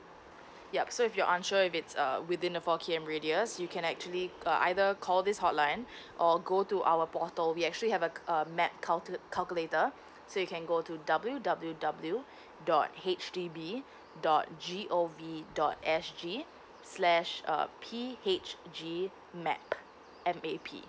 yup so if you're unsure if it's uh within a four K_M radius you can actually uh either call this hotline or go to our portal we actually have a uh map calcu~ calculator so you can go to w w w dot H D B dot g o v dot s g slash uh p h g map m a p